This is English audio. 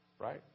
Right